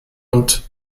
und